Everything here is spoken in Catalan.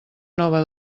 nova